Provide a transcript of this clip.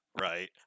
right